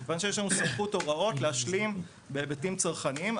מכיוון שיש לנו סמכות הוראות להשלים בהיבטים צרכניים.